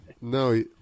No